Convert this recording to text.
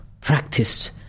practice